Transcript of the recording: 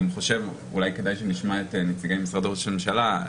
אולי כדאי שנשמע את נציגי משרד ראש הממשלה.